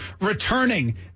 returning